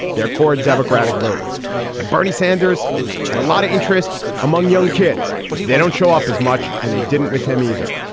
their core democratic voters and bernie sanders had a lot of interest among young kids. but they don't show up as much and they didn't with him either.